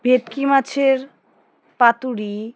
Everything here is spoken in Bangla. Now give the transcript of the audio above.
ভেটকি মাছের পাতুরি